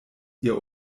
ihr